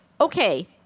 okay